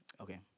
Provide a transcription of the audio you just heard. Okay